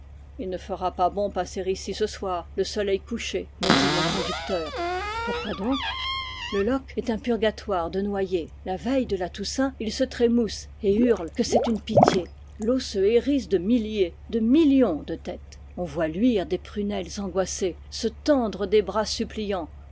il ne fera pas bon passer ici ce soir le soleil couché me dit mon conducteur pourquoi donc le loc'h est un purgatoire de noyés la veille de la toussaint ils se trémoussent et hurlent que c'est une pitié l'eau se hérisse de milliers de millions de têtes on voit luire des prunelles angoissées se tendre des bras